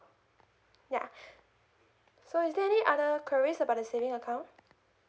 yeah so is there any other queries about the savings account